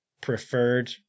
preferred